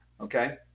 Okay